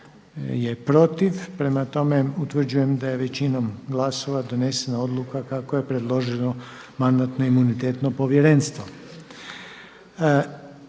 da je većinom glasova donesena odluka kako je predložilo Mandatno-imunitetno povjerenstvo.